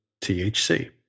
THC